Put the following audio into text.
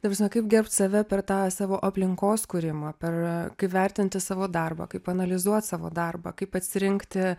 ta prasme kaip gerbt save per tą savo aplinkos kūrimą per kaip vertinti savo darbą kaip analizuoti savo darbą kaip atsirinkti